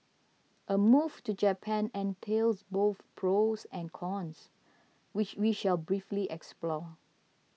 a move to Japan entails both pros and cons which we shall briefly explore